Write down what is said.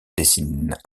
dessine